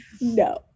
No